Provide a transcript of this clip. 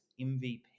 MVP